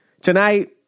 tonight